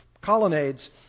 colonnades